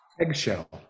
eggshell